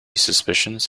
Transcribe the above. suspicions